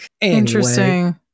Interesting